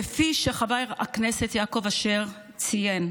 כפי שחבר הכנסת יעקב אשר ציין,